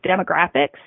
demographics